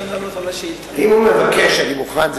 אם הוא מבקש, אני מוכן.